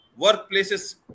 workplaces